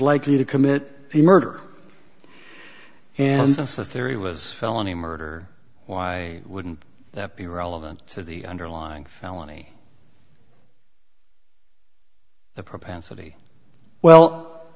likely to commit a murder and the theory was felony murder why wouldn't that be relevant to the underlying felony the propensity well